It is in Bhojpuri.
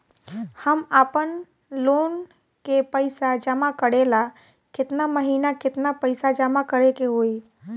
हम आपनलोन के पइसा जमा करेला केतना महीना केतना पइसा जमा करे के होई?